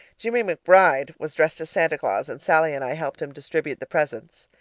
jimmie mcbride was dressed as santa claus and sallie and i helped him distribute the presents.